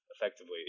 effectively